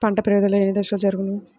పంట పెరుగుదల ఎన్ని దశలలో జరుగును?